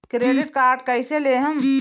Credit card कईसे लेहम?